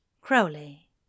Crowley